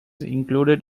included